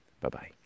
Bye-bye